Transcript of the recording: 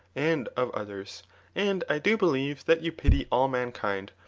and of others and i do believe that you pity all mankind,